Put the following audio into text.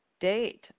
date